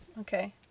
Okay